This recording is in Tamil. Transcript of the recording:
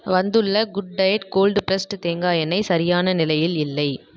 வந்துள்ள குட் டயட் கோல்ட் ப்ரஸ்டு தேங்காய் எண்ணெய் சரியான நிலையில் இல்லை